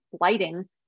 lighting